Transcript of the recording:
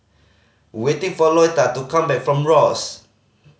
waiting for Louetta to come back from Ross